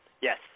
Yes